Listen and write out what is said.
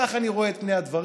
ככה אני רואה את פני הדברים.